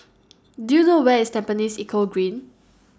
Do YOU know Where IS Tampines Eco Green